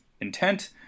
intent